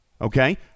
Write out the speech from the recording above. okay